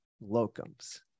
locum's